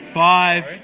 five